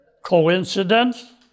coincidence